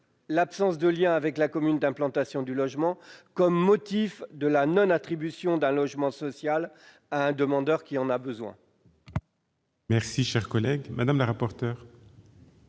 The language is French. l'absence de lien avec la commune d'implantation du logement comme motif de non-attribution d'un logement social à un demandeur qui en a besoin. Quel est l'avis de la commission